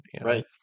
Right